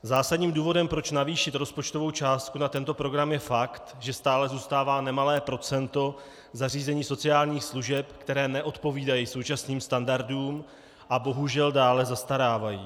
Zásadním důvodem, proč navýšit rozpočtovou částku na tento program, je fakt, že stále zůstává nemalé procento zařízení sociálních služeb, které neodpovídají současným standardům a bohužel dále zastarávají.